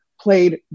played